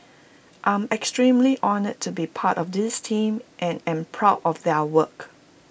I'm extremely honoured to be part of this team and am proud of their work